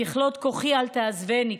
ככלות כחי אל תעזבני",